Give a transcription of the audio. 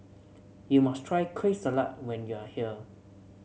you must try Kueh Salat when you are here